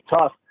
tough